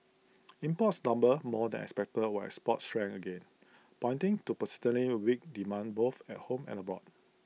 imports tumbled more than expected while exports shrank again pointing to persistently weak demand both at home and abroad